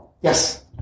Yes